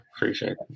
Appreciate